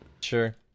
Sure